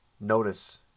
notice